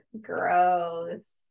Gross